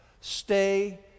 Stay